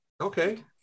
okay